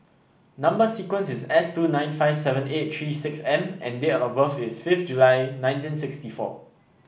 Number sequence is S two nine five seven eight three six M and date of birth is fifth July nineteen sixty four